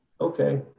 okay